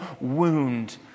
wound